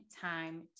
time